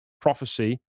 prophecy